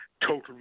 Total